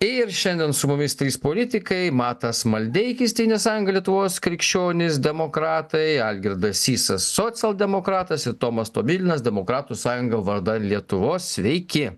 ir šiandien su mumis trys politikai matas maldeikis tėvynės sąjunga lietuvos krikščionys demokratai algirdas sysas socialdemokratas ir tomas tomilinas demokratų sąjunga vardan lietuvos sveiki